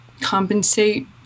compensate